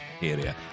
area